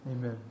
Amen